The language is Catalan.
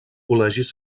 col·legis